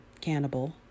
Cannibal